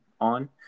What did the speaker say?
on